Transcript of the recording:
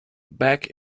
back